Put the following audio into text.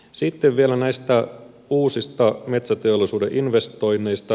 sitten vielä näistä uusista metsäteollisuuden investoinneista